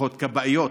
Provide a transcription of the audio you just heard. לפחות כבאיות.